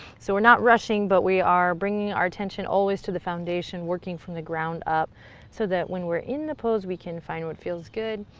so we're not rushing but we are bringing our tension always to the foundation, working from the ground up so that when we're in the pose we can find what feels good